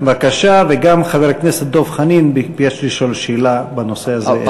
וגם חבר הכנסת דב חנין ביקש לשאול שאלה בנושא הזה.